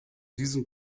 diesem